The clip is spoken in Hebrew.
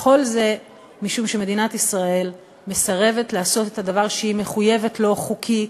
וכל זה משום שמדינת ישראל מסרבת לעשות את הדבר שהיא מחויבת לו חוקית,